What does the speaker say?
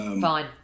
Fine